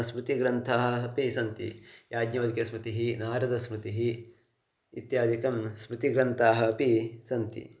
स्मृतिग्रन्थाः अपि सन्ति याज्ञवर्गस्मृतिः नारदस्मृतिः इत्यादिकं स्मृतिग्रन्थाः अपि सन्ति